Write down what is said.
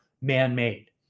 man-made